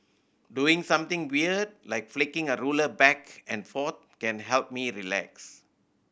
doing something weird like flicking a ruler back and forth can help me relax